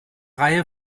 reihe